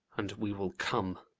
and we will come.